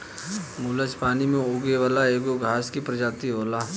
मुलच पानी में उगे वाला एगो घास के प्रजाति होला